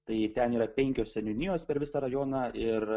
tai ten yra penkios seniūnijos per visą rajoną ir